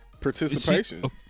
Participation